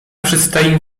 przedstawił